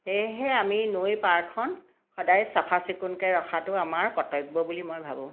সেয়েহে আমি নৈ পাৰখন সদায় চাফা চিকুণকৈ ৰখাটো আমাৰ কৰ্তব্য বুলি মই ভাবোঁ